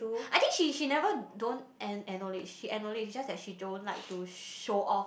I think she she never don't ack~ acknowledge she acknowledge it's just that she don't like to show off